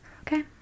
Okay